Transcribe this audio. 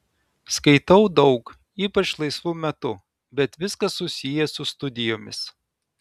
skaitau daug ypač laisvu metu bet viskas susiję su studijomis